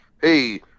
Hey